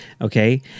Okay